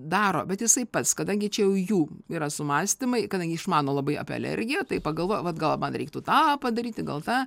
daro bet jisai pats kadangi čia jau jų yra sumąstymai kadangi išmano labai apie alergiją tai pagalvoja vat gal man reiktų tą padaryti gal tą